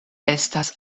estas